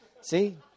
See